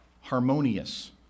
harmonious